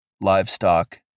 livestock